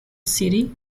city